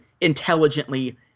intelligently